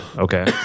Okay